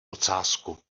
ocásku